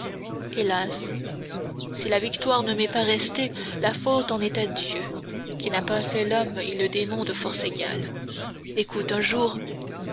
hélas si la victoire ne m'est pas restée la faute en est à dieu qui n'a pas fait l'homme et le démon de force égale écoute un jour